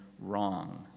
wrong